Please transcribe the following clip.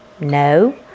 No